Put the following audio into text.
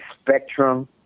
Spectrum